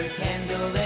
candle